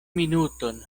minuton